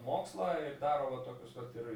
mokslą ir daro va tokius vat ir